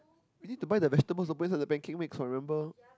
we need to buy the vegetables to put inside the pancake mix [what] for remember